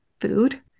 food